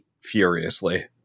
furiously